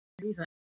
reason